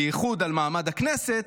בייחוד על מעמד הכנסת,